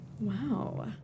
wow